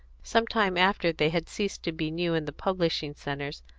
some time after they had ceased to be new in the publishing centres,